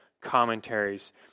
commentaries